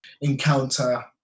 encounter